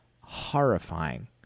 Horrifying